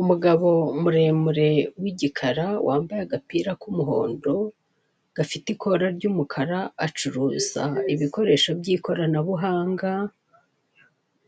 Umugabo muremure w'igikara wambaye agapira k'umuhondo, gafite ikora ry'umukara; acuruza ibikoresho by'ikoranabuhanga